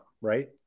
right